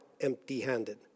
empty-handed